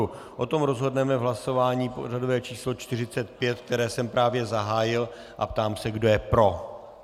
O tom rozhodneme v hlasování pořadové číslo 45, které jsem právě zahájil, a ptám se, kdo je pro.